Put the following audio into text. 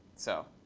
so